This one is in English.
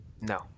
No